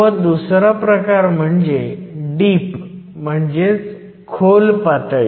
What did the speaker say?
किंवा दुसरा प्रकार म्हणजे डीप म्हणजे खोल पातळी